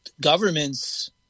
governments –